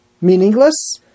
meaningless